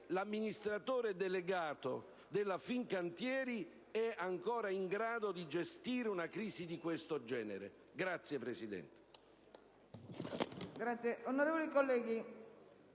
l'amministratore delegato della Fincantieri è ancora in grado di gestire una crisi di questo genere. *(Applausi